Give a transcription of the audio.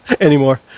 anymore